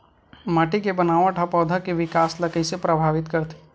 माटी के बनावट हा पौधा के विकास ला कइसे प्रभावित करथे?